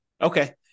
Okay